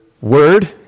word